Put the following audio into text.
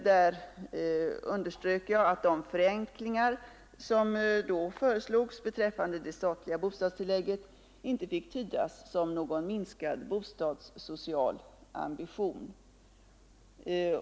Där underströk jag att de förenklingar som då föreslogs beträffande det statliga bostadstillägget inte fick tydas som någon minskad bostadsocial ambition.